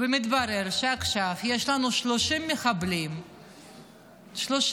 ומתברר שעכשיו יש לנו 30 מחבלים בעזה